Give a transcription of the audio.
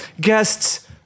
Guests